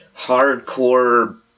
hardcore